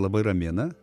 labai ramina